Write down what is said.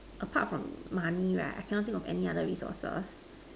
apart from money right I cannot think of any other resources